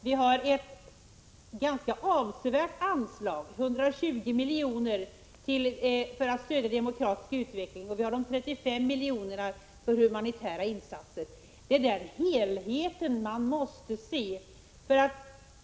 Vi har ett ganska avsevärt anslag, 120 milj.kr., för att stödja den demokratiska utvecklingen, och vi har 35 milj.kr. för humanitära insatser. Det är den helheten man måste se.